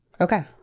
Okay